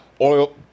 oil